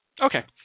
okay